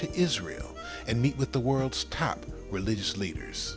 to israel and meet with the world's top religious leaders